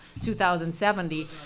2070